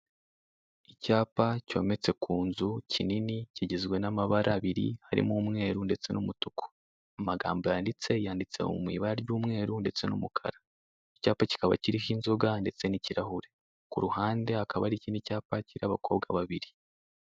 Icyapa cyometse ku nzu kinini, kigizwe n'amabara abiri, harimo umweru ndetse n'umutuku. Amagambo yanditse, yanditseho mu ibara ry'umweru ndetse n'umukara. Icyapa kikaba kiriho inzoga ndetse n'ikirahure. Ku ruhande hakaba hari ikindi cyapa kiriho abakobwa babiri.